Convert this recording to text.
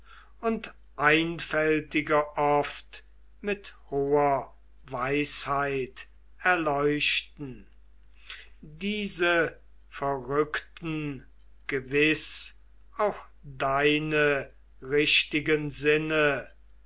und einfältige oft mit hoher weisheit erleuchten diese verrückten gewiß auch deine richtigen sinne